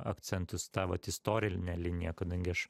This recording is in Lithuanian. akcentus tą vat istorinę liniją kadangi aš